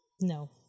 No